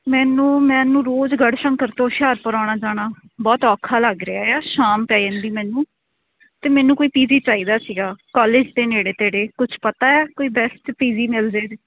ਮੈਨੂੰ ਮੈਨੂੰ ਰੋਜ਼ ਗੜਸ਼ੰਕਰ ਤੋਂ ਹੁਸ਼ਿਆਰਪੁਰ ਆਉਣਾ ਜਾਣਾ ਬਹੁਤ ਔਖਾ ਲੱਗ ਰਿਹਾ ਆ ਸ਼ਾਮ ਪੈ ਜਾਂਦੀ ਮੈਨੂੰ ਅਤੇ ਮੈਨੂੰ ਕੋਈ ਪੀ ਜੀ ਚਾਹੀਦਾ ਸੀਗਾ ਕਾਲਜ ਦੇ ਨੇੜੇ ਤੇੜੇ ਕੁਛ ਪਤਾ ਕੋਈ ਬੈਸਟ ਪੀ ਜੀ ਮਿਲ ਜਾਏ ਤਾਂ